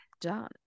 done